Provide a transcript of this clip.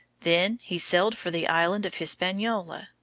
then he sailed for the island of hispaniola,